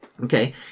Okay